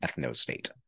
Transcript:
ethnostate